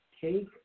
Take